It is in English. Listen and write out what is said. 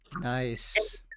nice